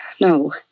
No